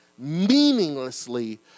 meaninglessly